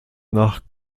nach